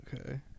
Okay